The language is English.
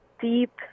deep